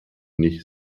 nicht